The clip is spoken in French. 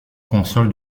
consoles